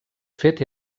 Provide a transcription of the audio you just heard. fet